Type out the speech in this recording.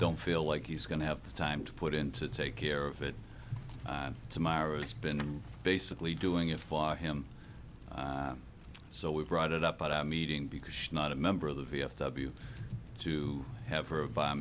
don't feel like he's going to have the time to put in to take care of it tomorrow it's been basically doing it for him so we brought it up at a meeting because she's not a member of the v f w to have her by